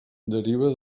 deriva